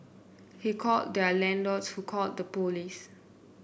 he called their landlord who called the police